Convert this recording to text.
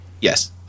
Yes